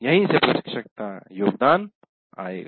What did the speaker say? यहीं से प्रशिक्षक का योगदान आएगा